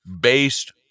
based